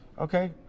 okay